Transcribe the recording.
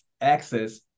access